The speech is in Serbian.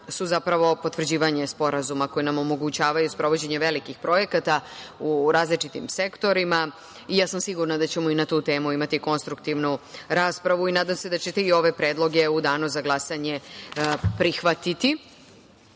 su zapravo potvrđivanje sporazuma koji nam omogućavaju sprovođenje velikih projekata u različitim sektorima. Ja sam sigurna da ćemo i na tu temu imati konstruktivnu raspravu i nadam se da ćete i ove predloge u danu za glasanje prihvatiti. Poslednji